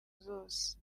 zose